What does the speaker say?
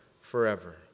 forever